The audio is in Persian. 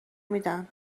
میدن